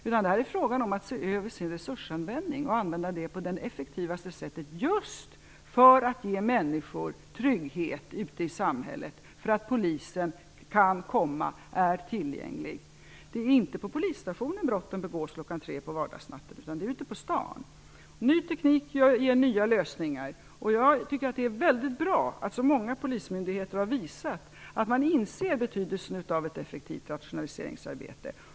Här är det fråga om att se över sin resursanvändning så att resurserna används på det effektivaste sättet just för att ge människor trygghet ute i samhället, att polisen kan komma och är tillgänglig. Det är inte på polisstationen brotten begås klockan tre på vardagsnatten utan ute på stan. Ny teknik ger nya lösningar. Det är bra att så många polismyndigheter har visat att man inser betydelsen av ett effektivt rationaliseringsarbete.